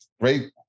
Great